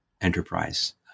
enterprise